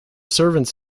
servants